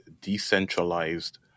decentralized